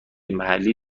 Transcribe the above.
محلی